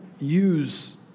use